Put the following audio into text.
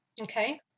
okay